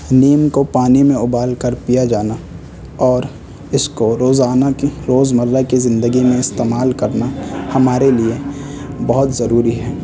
نیم کو پانی میں ابال کر پیا جانا اور اس کو روزانہ روز مرہ کی زندگی میں استعمال کرنا ہمارے لیے بہت ضروری ہے